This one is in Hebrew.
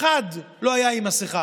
אחד לא היה עם מסכה.